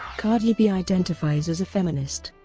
cardi b identifies as a feminist.